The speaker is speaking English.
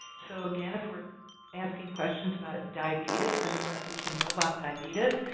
so again, if we're asking questions about diabetes and what we should know about diabetes,